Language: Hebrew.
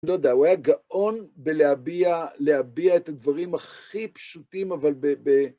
אני לא יודע, הוא היה גאון בלהביע, להביע את הדברים הכי פשוטים, אבל ב... ב...